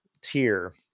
tier